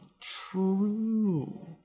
True